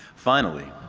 finally,